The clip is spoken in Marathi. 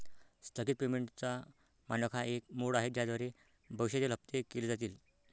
स्थगित पेमेंटचा मानक हा एक मोड आहे ज्याद्वारे भविष्यातील हप्ते केले जातील